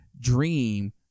Dream